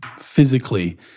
physically